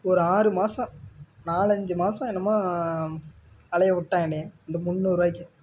ஒரு ஆறு மாதம் நாலஞ்சி மாதம் என்னமோ அலைய விட்டான் என்னை இந்த முன்னூறுவாய்க்கு